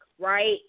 right